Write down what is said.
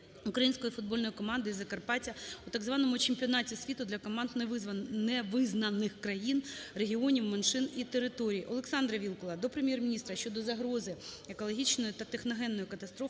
української футбольної команди із Закарпаття у так званому чемпіонаті світу для команд "невизнаних країн, регіонів, меншин і територій". ОлександраВілкула до Прем'єр-міністра щодо загрози екологічної та техногенної катастрофи